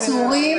העצורים,